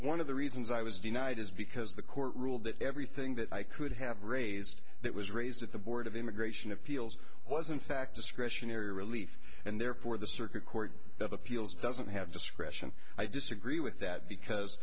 one of the reasons i was denied is because the court ruled that everything that i could have raised that was raised at the board of immigration appeals wasn't fact discretionary relief and therefore the circuit court of appeals doesn't have discretion i disagree with that because